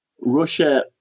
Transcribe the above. Russia